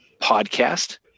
podcast